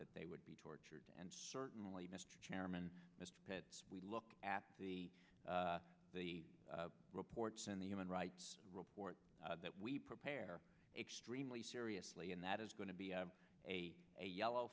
that they would be tortured and certainly mr chairman that we look at the the reports and the human rights report that we prepare extremely seriously and that is going to be a a yellow